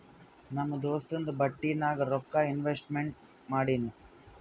ನಮ್ ದೋಸ್ತುಂದು ಬಟ್ಟಿ ನಾಗ್ ರೊಕ್ಕಾ ಇನ್ವೆಸ್ಟ್ಮೆಂಟ್ ಮಾಡಿನಿ